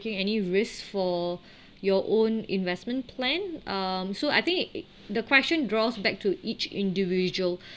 any risk for your own investment plan um so I think it the question draws back to each individual